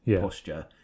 posture